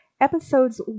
Episodes